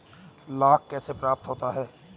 लाख कैसे प्राप्त होता है?